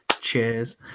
Cheers